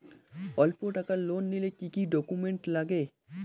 অল্প টাকার লোন নিলে কি কি ডকুমেন্ট লাগে?